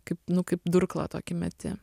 kaip nu kaip durklą tokį meti